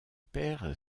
perd